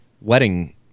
wedding